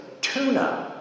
Tuna